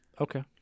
Okay